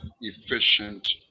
efficient